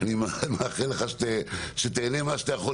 אני מאחל לך שתהנה ממה שאתה יכול,